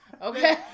Okay